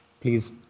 Please